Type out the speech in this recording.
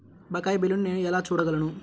బకాయి బిల్లును నేను ఎలా చూడగలను?